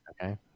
Okay